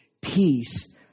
peace